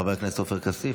חבר הכנסת עופר כסיף,